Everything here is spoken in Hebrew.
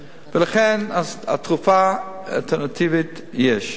ולכן, תרופה אלטרנטיבית יש.